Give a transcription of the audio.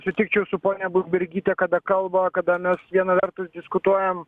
sutikčiau su ponia budbergyte kada kalba o kada mes viena vertus diskutuojam